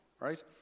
right